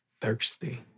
thirsty